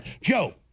Joe